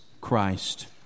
Christ